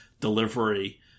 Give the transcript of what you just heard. delivery